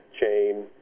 chain